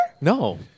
No